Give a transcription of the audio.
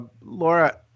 Laura